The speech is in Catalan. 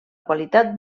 qualitat